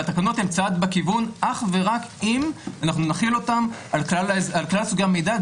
והתקנות הן צעד בכיוון אך ורק אם אנחנו נחיל אותם על כלל סוגי המידע,